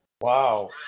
Wow